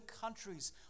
countries